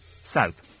south